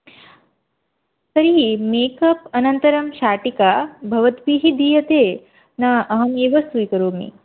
तर्हि मेकप् अनन्तरं शाटिका भवद्भिः दीयते न अहमेव स्वीकरोमि